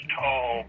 tall